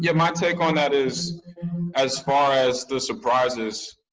yeah my take on that is as far as the surprises,